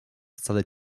wcale